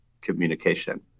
communication